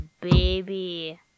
baby